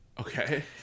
okay